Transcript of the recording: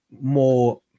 more